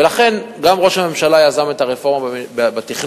ולכן גם ראש הממשלה יזם את הרפורמה בתכנון,